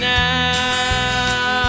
now